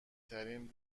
ترین